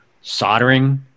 soldering